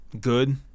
good